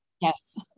Yes